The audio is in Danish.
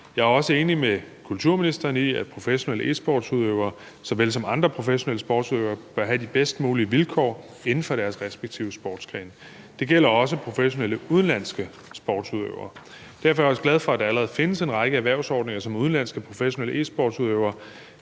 Jeg er også enig med kulturministeren i, at professionelle e-sportsudøvere såvel som andre professionelle sportsudøvere bør have de bedst mulige vilkår inden for deres respektive sportsgrene. Det gælder også udenlandske professionelle sportsudøvere. Derfor er jeg også glad for, at der allerede findes en række erhvervsordninger, som udenlandske professionelle e-sportsudøvere